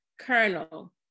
Colonel